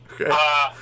Okay